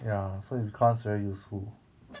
ya so incomes were useful